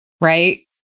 right